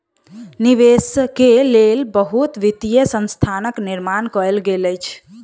निवेश के लेल बहुत वित्तीय संस्थानक निर्माण कयल गेल अछि